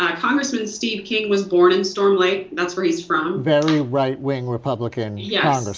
ah congressman steve king was born in storm lake, that's where he's from. very right wing republican yeah